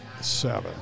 seven